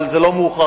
אבל זה לא מאוחר.